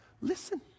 Listen